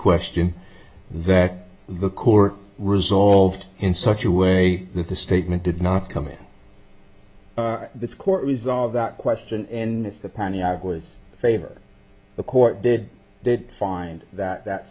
question that the court resolved in such a way that the statement did not come in the court resolve that question in the panni i was favor the court did did find that that